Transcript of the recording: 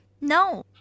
No